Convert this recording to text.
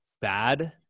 bad